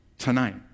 tonight